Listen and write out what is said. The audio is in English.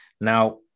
Now